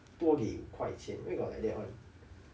多给五块钱 where got like that [one]